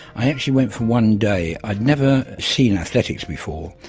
i actually went for one day. i'd never seen athletics before,